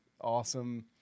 awesome